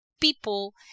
people